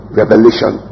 revelation